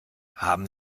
haben